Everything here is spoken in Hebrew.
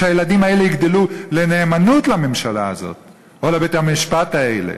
שהילדים האלה יגדלו לנאמנות לממשלה הזאת או לבתי-המשפט האלה